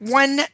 one